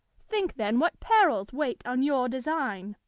think then what perils wait on your design.